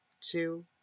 two